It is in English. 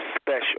special